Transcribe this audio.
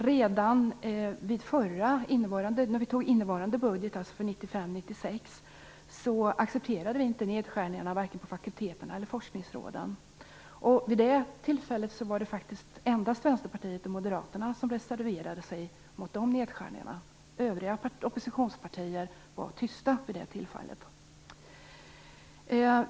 Redan när riksdagen tog innevarande budget, för 1995/96, accepterade vi inte nedskärningarna vare sig för fakulteterna eller forskningsråden. Vid det tillfället var det endast Vänsterpartiet och Moderaterna som reserverade sig mot nedskärningarna. Övriga oppositionspartier var tysta.